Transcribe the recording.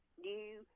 new